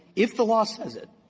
if the law says it,